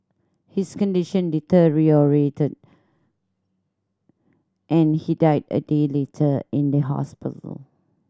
his condition deteriorated and he died a day later in the hospital